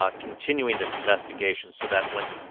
ah continuing this investigation so that when,